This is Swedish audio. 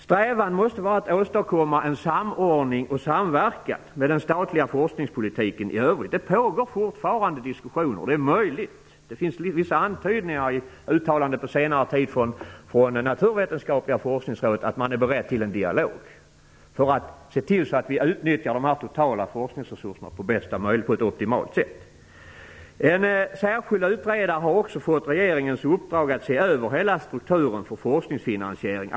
Strävan måste vara att åstadkomma en samordning och en samverkan med den övriga statliga forskningspolitiken. Det pågår fortfarande diskussioner och det är möjligt att man är beredd till en dialog, det finns det vissa antydningar om i uttalanden från Naturvetenskapliga forskningsrådet under den senaste tiden. Vi måste se till att vi utnyttjar de totala forskningsresurserna på ett optimalt sätt. En särskild utredare har också fått regeringens uppdrag att se över hela strukturen för forskningsfinansiering.